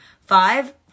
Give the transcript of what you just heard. five